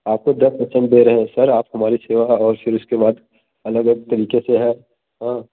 आपको दस परसेंट दे रहे हैं सर आप हमारी सेवा और फिर उसके बाद अलग तरीके से हैं हाँ